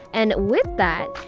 and with that,